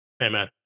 Amen